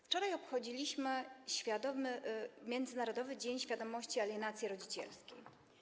Wczoraj obchodziliśmy międzynarodowy Dzień Świadomości Alienacji Rodzicielskiej.